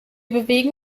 bewegen